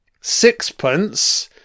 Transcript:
Sixpence